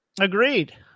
Agreed